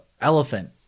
elephant